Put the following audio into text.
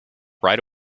right